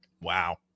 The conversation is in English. Wow